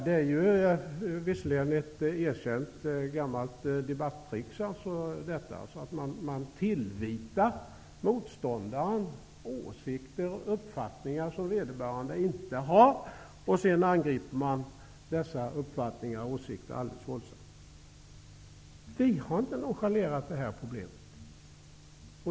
Det är visserligen ett gammalt debattrick att man tillvitar motståndaren åsikter och uppfattningar som vederbörande inte har, och sedan angriper man dessa uppfattningar och åsikter alldeles våldsamt. Vi har inte nonchalerat det här problemet.